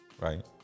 Right